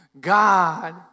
God